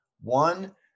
One